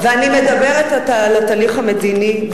ואני מדברת על התהליך המדיני.